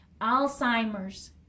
Alzheimer's